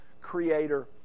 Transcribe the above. creator